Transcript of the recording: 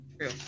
true